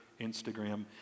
Instagram